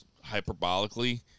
hyperbolically